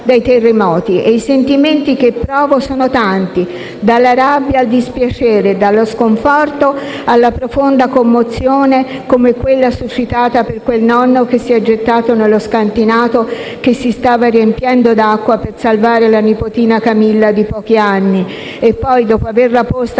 dai terremoti e i sentimenti che provo sono tanti, dalla rabbia al dispiacere, dallo sconforto alla profonda commozione, come quella suscitata da quel nonno che si è gettato nello scantinato che si stava riempiendo d'acqua per salvare la nipotina Camilla di pochi anni e poi, dopo averla posta